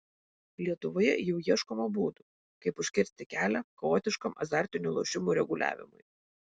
lietuvoje jau ieškoma būdų kaip užkirsti kelią chaotiškam azartinių lošimų reguliavimui